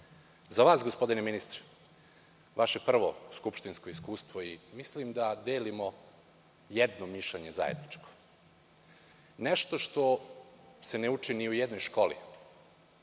vas, gospodine ministre, vaše prvo skupštinsko iskustvo i mislim da delimo jedno zajedničko mišljenje, nešto što se ne uči ni u jednoj školi,